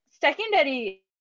secondary